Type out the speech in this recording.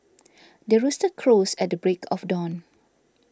the rooster crows at the break of dawn